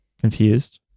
confused